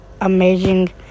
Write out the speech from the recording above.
amazing